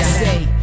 say